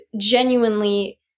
genuinely